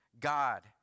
God